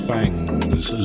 Bangs